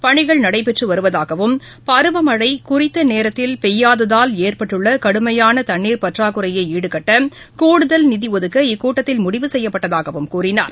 பணிகள் நடைபெற்றுவருவதாகவும் பருவமழைகுறித்தநேரத்தில் பெய்யாததால் ஏற்பட்டுள்ளகடுமையானதண்ணீர் பற்றாக் குறையொடுகட்டகூடுதல் நிதிஒதுக்க இக்கூட்டத்தில் முடிவு செய்யப்பட்டதாகவும் கூறினார்